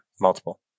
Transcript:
multiple